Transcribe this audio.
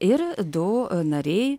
ir du nariai